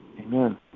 Amen